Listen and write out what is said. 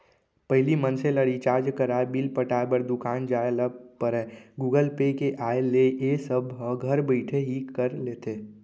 पहिली मनसे ल रिचार्ज कराय, बिल पटाय बर दुकान जाय ल परयए गुगल पे के आय ले ए सब ह घर बइठे ही कर लेथे